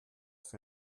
für